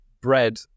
bread